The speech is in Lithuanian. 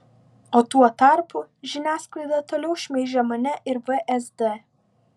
o tuo tarpu žiniasklaida toliau šmeižia mane ir vsd